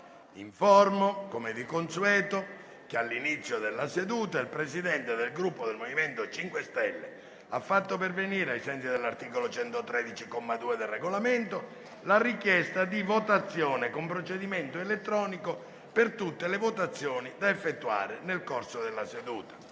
Informo l'Assemblea che all'inizio della seduta il Presidente del Gruppo MoVimento 5 Stelle ha fatto pervenire, ai sensi dell'articolo 113, comma 2, del Regolamento, la richiesta di votazione con procedimento elettronico per tutte le votazioni da effettuare nel corso della seduta.